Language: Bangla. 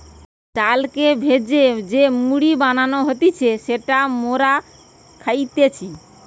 চালকে ভেজে যে মুড়ি বানানো হতিছে যেটা মোরা খাইতেছি